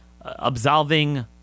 absolving